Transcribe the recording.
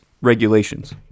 regulations